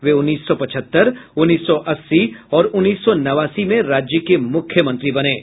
वे उन्नीस सौ पचहत्तर उन्नीस सौ अस्सी और उन्नीस सौ नवासी में राज्य के मुख्यमंत्री बने थे